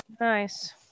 nice